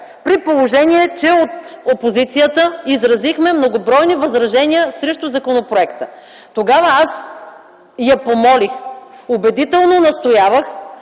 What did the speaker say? при положение че от опозицията изразихме многобройни възражения срещу законопроекта, тогава аз я помолих, убедително настоявах,